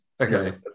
Okay